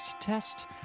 test